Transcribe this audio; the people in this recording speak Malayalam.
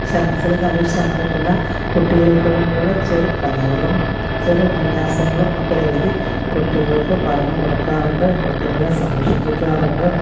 ശ്രീ തകഴി ശങ്കരപ്പിള്ള കുട്ടികൾക്ക് വേണ്ടിയുള്ള ചെറു കഥകളും ചെറു ഉപന്യാസങ്ങളും ഒക്കെയെഴുതി കുട്ടികൾക്ക് പറഞ്ഞു കൊടുക്കാറുണ്ട് കുട്ടികളെ സന്തോഷിപ്പിക്കാറുണ്ട്